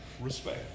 respect